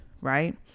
right